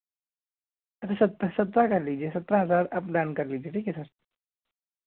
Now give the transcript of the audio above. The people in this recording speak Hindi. सत्रह सत्रह कर लीजिए सत्रह हज़ार आप डन कर लीजिए ठीक है सर